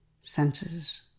senses